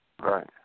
Right